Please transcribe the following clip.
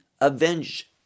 avenged